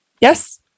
yes